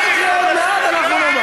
מה יקרה עוד מעט, אנחנו,